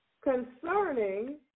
concerning